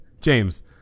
James